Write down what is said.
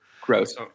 Gross